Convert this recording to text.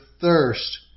thirst